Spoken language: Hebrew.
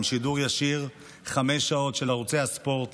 עם שידור ישיר של חמש שעות בערוצי הספורט